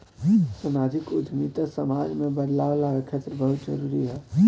सामाजिक उद्यमिता समाज में बदलाव लावे खातिर बहुते जरूरी ह